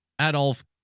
Adolf